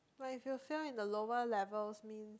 but if you fail in the lower level means